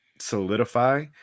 solidify